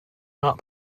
not